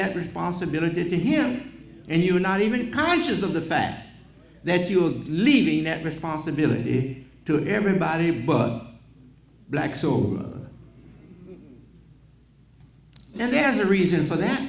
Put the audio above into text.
that responsibility to him and you not even conscious of the fact that you are leaving that responsibility to everybody but a black soul and there is a reason for that